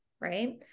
right